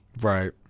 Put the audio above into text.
Right